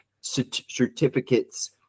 certificates